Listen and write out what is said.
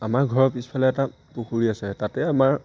আমাৰ ঘৰৰ পিছফালে এটা পুখুৰী আছে তাতে আমাৰ